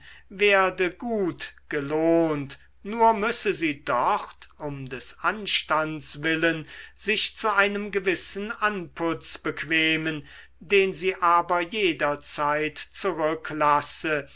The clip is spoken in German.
werde gut gelohnt nur müsse sie dort um des anstands willen sich zu einem gewissen anputz bequemen den sie aber jederzeit zurücklasse